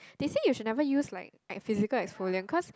they say you should never use like like physical exfoliant cause